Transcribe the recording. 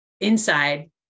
inside